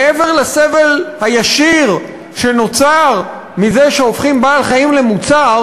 מעבר לסבל הישיר שנוצר מזה שהופכים בעל-חיים למוצר,